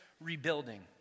rebuilding